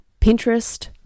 Pinterest